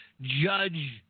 judge